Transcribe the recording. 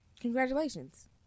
Congratulations